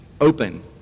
open